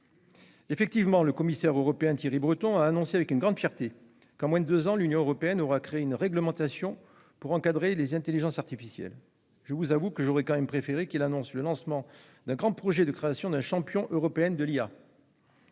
En effet, le commissaire européen Thierry Breton a annoncé, avec une grande fierté, que, en moins de deux ans, l'Union européenne aura créé une réglementation pour encadrer les intelligences artificielles. Je vous avoue que j'aurais tout de même préféré qu'il annonce le lancement d'un grand projet de création d'un champion européen de